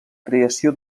creació